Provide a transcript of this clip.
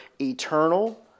eternal